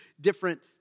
different